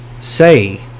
say